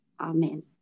Amen